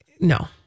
No